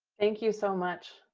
thank you so much.